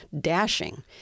dashing